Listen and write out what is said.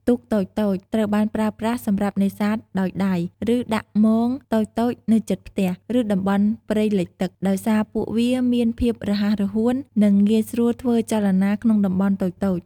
ទូកតូចៗ ត្រូវបានប្រើប្រាស់សម្រាប់នេសាទដោយដៃ ឬដាក់មងតូចៗនៅជិតផ្ទះ ឬតំបន់ព្រៃលិចទឹក ដោយសារពួកវាមានភាពរហ័សរហួន និងងាយស្រួលធ្វើចលនាក្នុងតំបន់តូចៗ។